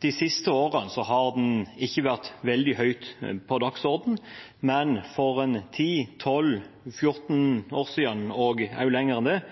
De siste årene har den ikke vært veldig høyt på dagsordenen, men for ti, tolv, fjorten år siden, og også lenger tilbake enn det,